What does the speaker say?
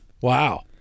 Wow